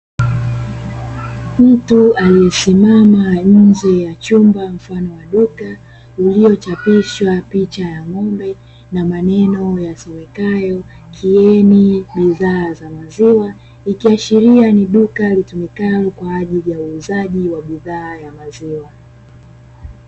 Mtu aliyesimama nje ya chumba mfano wa duka iliyochapishwa picha ya ng'ombe na maneno yasomekayo "KIENI" bidhaa za maziwa, ikiashiria ni duka litumikalo kwa ajili ya uuzaji wa bidhaa ya maziwa.